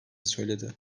söyledi